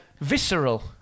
visceral